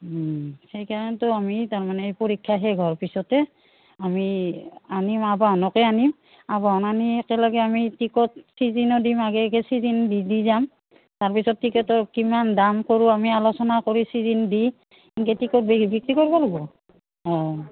সেইকাৰণেটো আমি তাৰমানে পৰীক্ষা শেষ হোৱাৰ পিছতে আমি আনিম আবাহনকে আনিম আবাহন আনি একেলগে আমি টিকট ছিজনো দিম আগে আগে ছিজনৰ দি দি যাম তাৰপিছত টিকেটৰ কিমান দাম কৰোঁ আমি আলোচনা কৰি ছিজন দি এনেকৈ টিকট বিক্ৰী কৰিব লাগিব অঁ